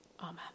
amen